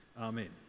Amen